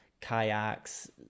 kayaks